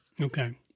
Okay